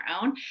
own